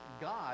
God